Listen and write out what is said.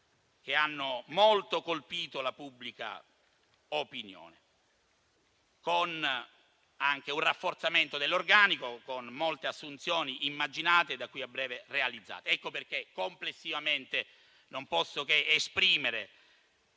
che hanno molto colpito la pubblica opinione, anche con un rafforzamento dell'organico, con molte assunzioni immaginate e da qui a breve realizzate. Per tali ragioni, complessivamente non posso che esprimere